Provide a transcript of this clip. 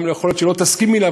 גם יכול להיות שלא תסכימי לה,